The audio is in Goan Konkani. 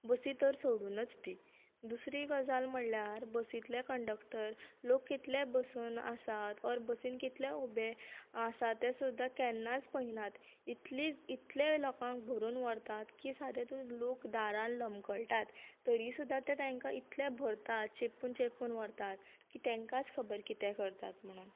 बसी तर सोडूनच दी दुसरी गजाल म्हणल्यार बसीतले कंडक्टर लोक कितले बसून आसात ऑर बसीन कितले लोक उबे आसा ते सुद्दां केन्नाच पयनात इतली इतल्या लोकांक भरून व्हरतात की सादे तर लोक दारांत लोंबकळटात तरी सुद्दां तांका इतले भरतात चेपून चेपून व्हरतात ते तेंकाच खबर कितें करतात म्हणून